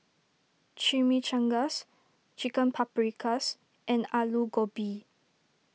Chimichangas Chicken Paprikas and Alu Gobi